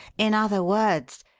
in other words,